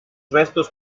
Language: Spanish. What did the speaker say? restos